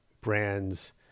brands